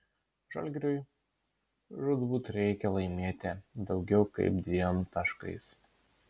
žalgiriui žūtbūt reikia laimėti daugiau kaip dviem taškais